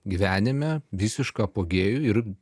gyvenime visišką apogėjų ir